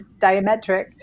diametric